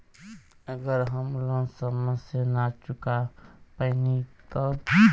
अगर हम लोन समय से ना चुका पैनी तब?